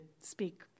speak